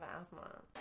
asthma